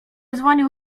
dzwonił